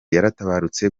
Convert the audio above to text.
yaratabarutse